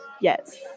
yes